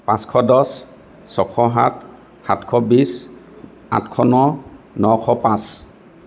পাঁচশ দহ ছশ সাত সাতশ বিশ আঠশ ন নশ পাঁচ